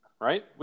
Right